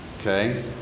okay